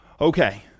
Okay